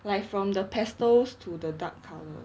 like from the pastels to the dark colour